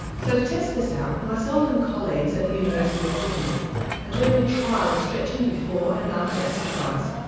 so to test this out myself and colleagues at the university of sydney are doing a trial of stretching before and after exercise.